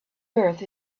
earth